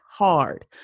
hard